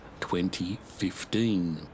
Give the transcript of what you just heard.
2015